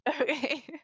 Okay